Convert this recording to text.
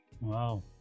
Wow